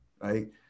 right